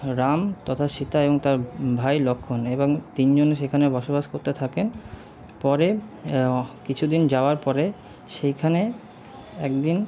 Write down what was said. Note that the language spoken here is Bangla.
রাম তথা সীতা এবং তার ভাই লক্ষ্মণ এবং তিনজনে সেখানে বসবাস করতে থাকেন পরে কিছুদিন যাওয়ার পরে সেইখানে একদিন